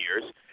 years